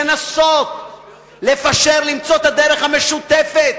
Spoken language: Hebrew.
לנסות לפשר ולמצוא את הדרך המשותפת,